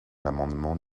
l’amendement